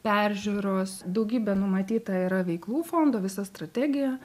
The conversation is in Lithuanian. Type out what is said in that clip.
peržiūros daugybė numatyta yra veiklų fondo visa strategija